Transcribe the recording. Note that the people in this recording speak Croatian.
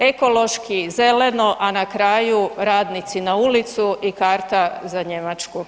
Ekološki zeleno, a na kraju radnici na ulicu i karta za Njemačku.